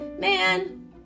Man